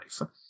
life